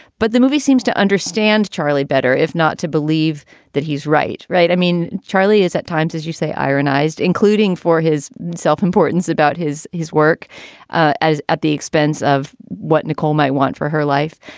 but the movie seems to understand charlie better if not to believe that he's right. right. i mean, charlie is at times, as you say, ionised, including for his self-importance about his his work as at the expense of what nicole might want for her life.